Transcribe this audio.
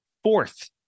fourth